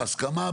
בהסכמה,